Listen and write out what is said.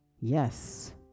yes